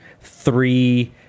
three